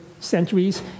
centuries